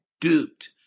duped